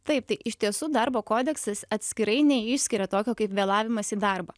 taip tai iš tiesų darbo kodeksas atskirai neišskiria tokio kaip vėlavimas į darbą